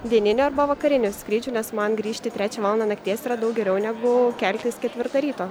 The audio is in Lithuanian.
dieninių arba vakarinių skrydžių nes man grįžti trečią valandą nakties yra daug geriau negu keltis ketvirtą ryto